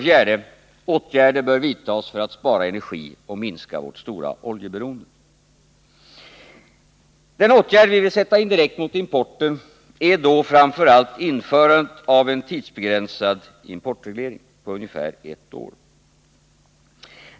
4) Åtgärder bör vidtas för att spara energi och minska vårt stora oljeberoende. Den åtgärd vi vill sätta in direkt mot importen är då framför allt en tidsbegränsad importreglering på ungefär ett år.